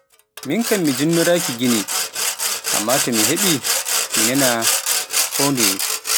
miin kam mi jinnoraaki Gine ammaa to mi heɓii mi nana koo ndeye.